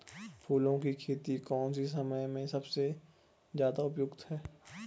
फूलों की खेती कौन से समय में सबसे ज़्यादा उपयुक्त है?